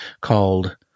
called